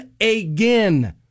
again